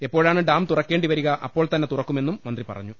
എപ്പോഴാണ് ഡാം തുറക്കേണ്ടി വരിക അപ്പോൾ തന്നെ തുറക്കുമെന്നും മന്ത്രി അറിയിച്ചു